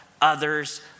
others